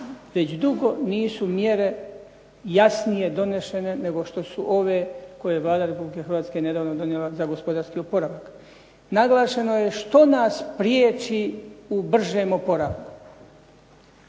već dugo nisu mjere jasnije donešene nego što su ove koje je Vlada Republike Hrvatske nedavno donijela za gospodarski oporavak. Naglašeno je što nas priječi u bržem oporavku.